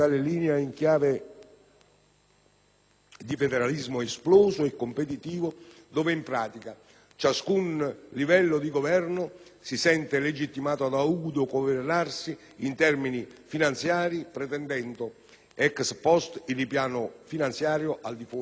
di «federalismo esploso e competitivo», dove in pratica ciascun livello di Governo si sente legittimato ad autogovernarsi in termini finanziari pretendendo, *ex post*, il ripiano finanziario al di fuori di una logica nazionale.